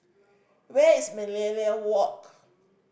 where is Millenia Walk